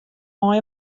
mei